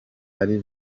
ari